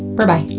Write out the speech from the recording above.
berbye.